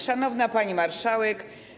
Szanowna Pani Marszałek!